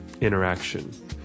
interaction